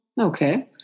Okay